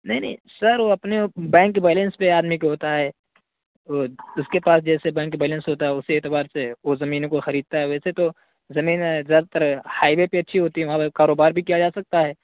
نہیں نہیں سر وہ اپنے بینک بیلینس پہ آدمی کے ہوتا ہے وہ اس کے پاس جیسے بینک بیلینس ہوتا ہے اسی اعتبار سے وہ زمین کو خریدتا ہے ویسے تو زمین زیادہ تر ہائی وے پہ اچھی ہوتی ہے وہاں پہ کاروبار بھی کیا جا سکتا ہے